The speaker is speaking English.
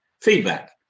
feedback